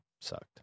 sucked